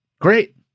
Great